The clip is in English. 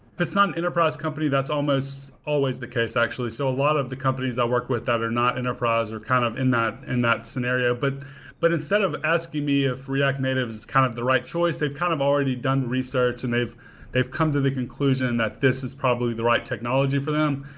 that's not an enterprise company. that's almost always the case actually. so a lot of the companies i work with that are not enterprise are kind of in that in that scenario, but but instead of asking me of react native is kind of the right choice, they've kind of already done research and they've they've come to the conclusion that this is probably the right technology for them.